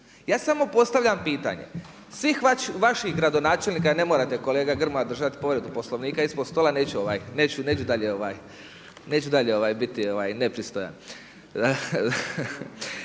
Ja samo postavljam pitanje, svi vaših gradonačelnika, ne morate kolega Grmoja držati povredu Poslovnika ispod stola, neću dalje biti nepristojan,